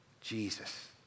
Jesus